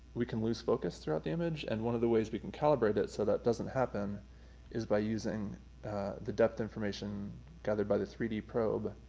we can lose focus throughout the image. and one of the ways we can calibrate that so that doesn't happen is by using the depth information gathered by the three d probe,